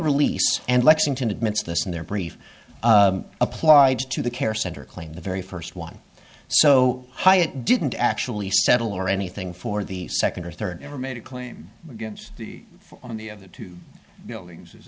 release and lexington admits this in their brief applied to the care center claimed the very first one so high it didn't actually settle or anything for the second or third never made a claim against on the other two buildings